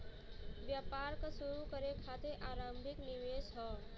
व्यापार क शुरू करे खातिर आरम्भिक निवेश हौ